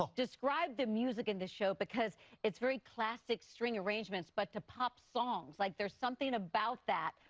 ah describe the music in the show, because it's very classic, string arrangements, but to pop songs. like there's something about that.